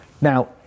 Now